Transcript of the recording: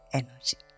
energy